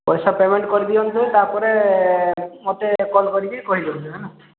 ପଇସା ପେମେଣ୍ଟ କରିଦିଅନ୍ତୁ ତାପରେ ମୋତେ କଲ କରିକି କହି ଦିଅନ୍ତୁ ହେଲା